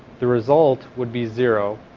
the result would be zero,